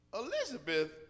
Elizabeth